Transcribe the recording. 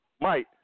Mike